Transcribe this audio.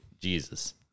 Jesus